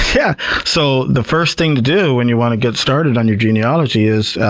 yeah so the first thing to do when you want to get started on your genealogy is,